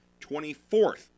24th